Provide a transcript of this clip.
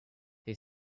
they